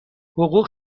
حقوق